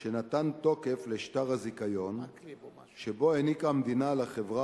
שנתן תוקף לשטר הזיכיון שבו העניקה המדינה לחברה